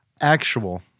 Actual